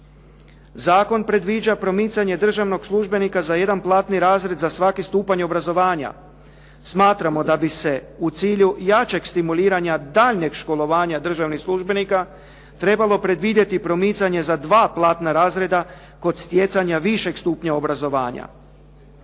Zakon predviđa promicanje državnog službenika za jedan platni razred za svaki stupanj obrazovanja. Smatramo da bi se u cilju jačeg stimuliranja daljnjeg školovanja državnih službenika trebalo predvidjeti promicanje za 2 platna razreda kod stjecanja višeg stupnja obrazovanja.